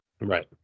Right